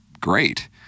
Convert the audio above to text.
great